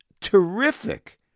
terrific